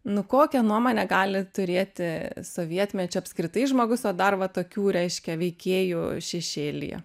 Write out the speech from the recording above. nu kokią nuomonę gali turėti sovietmečiu apskritai žmogus o dar va tokių reiškia veikėjų šešėlyje